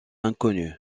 inconnu